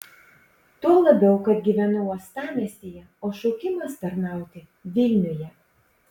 tuo labiau kad gyvenu uostamiestyje o šaukimas tarnauti vilniuje